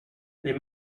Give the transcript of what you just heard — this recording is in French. les